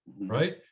right